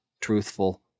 truthful